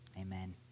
Amen